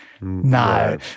No